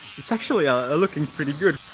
it's actually looking pretty good